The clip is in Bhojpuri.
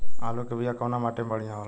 आलू के बिया कवना माटी मे बढ़ियां होला?